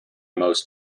most